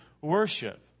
worship